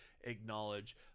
acknowledge